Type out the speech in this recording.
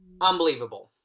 unbelievable